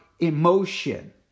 emotion